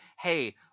Hey